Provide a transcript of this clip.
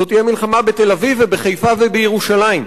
זו תהיה מלחמה בתל-אביב ובחיפה ובירושלים.